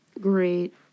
great